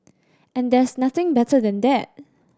and there's nothing better than that